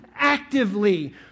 actively